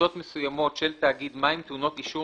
החלטות מסוימות של תאגיד מים טעונות אישור